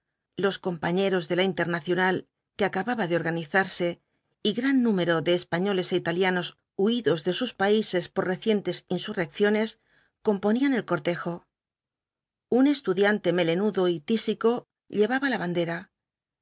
los compañeros de la internacional que acababa de organizarse y gran número de españoles é italianos huídos de sus países por recientes insurrecciones componían el cortejo un estudiante melenudo y tísico llevaba la bandera